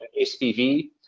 SPV